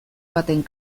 baten